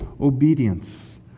obedience